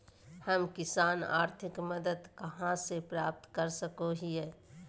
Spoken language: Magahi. हम किसान आर्थिक मदत कहा से प्राप्त कर सको हियय?